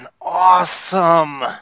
awesome